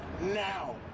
now